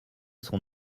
son